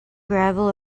gravel